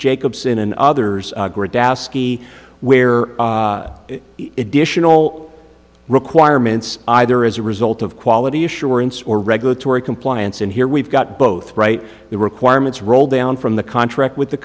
jacobson and others ascii where edition all requirements either is a result of quality assurance or regulatory compliance and here we've got both right the requirements roll down from the contract with the